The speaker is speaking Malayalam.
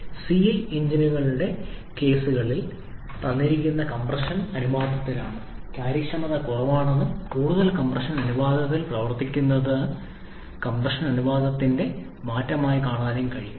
സിഐ എഞ്ചിനുകളുടെ പോരായ്മകൾ തന്നിരിക്കുന്ന കംപ്രഷൻ അനുപാതത്തിലാണ് കാര്യക്ഷമത കുറവാണെന്നും കൂടുതൽ കംപ്രഷൻ അനുപാതത്തിൽ പ്രവർത്തിക്കുന്നതുപോലെ ഭാരം കൂടിയതും ചെലവേറിയതുമാണെന്നും നമുക്ക് കാണാൻ കഴിയും അതിനാൽ എഞ്ചിനുകൾക്കുള്ളിലെ മർദ്ദം ഉയർന്നതാണ്